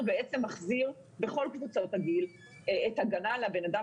בעצם מחזיר בכל קבוצות הגיל את ההגנה על הבן אדם